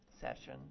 session